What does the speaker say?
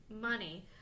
money